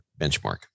benchmark